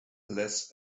less